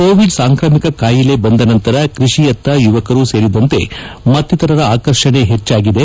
Covid ಸಾಂಕ್ರಾಮಿಕ ಕಾಯಿಲೆ ಬಂದ ನಂತರ ಕೃಷಿಯತ್ತ ಯುವಕರು ಸೇರಿದಂತೆ ಮತ್ತಿತರರ ಆಕರ್ಷಣೆ ಹೆಚ್ಚಾಗಿದೆ